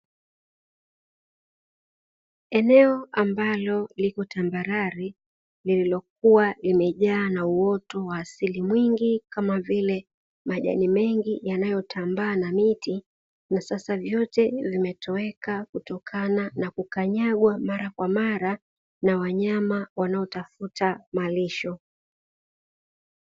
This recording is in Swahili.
Eneo ambalo liko tambarare lililokuwa limejaa na uoto wa asili mwingi kama vile majani mengi yanayotambaa na miti. Na sasa vyote vimetoweka kutokana na kukanyagwa mara kwa mara na wanyama wanaotafuta malisho.